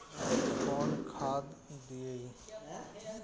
कौन खाद दियई?